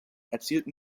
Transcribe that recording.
erzielten